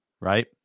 right